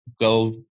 go